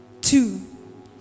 two